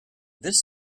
this